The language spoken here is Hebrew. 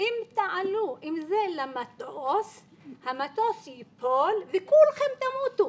אם תעלו עם זה למטוס המטוס ייפול וכולכם תמותו,